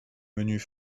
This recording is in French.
menus